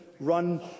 run